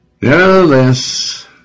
Nevertheless